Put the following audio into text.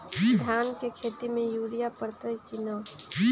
धान के खेती में यूरिया परतइ कि न?